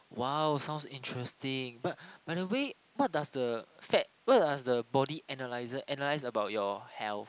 !wow! sounds interesting but by the way what does the fat what does the body analyzer analyze about your health